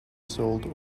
sold